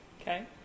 Okay